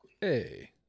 Hey